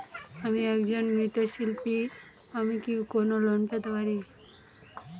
আমি একজন মৃৎ শিল্পী আমি কি কোন লোন পেতে পারি?